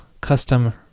custom